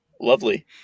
Lovely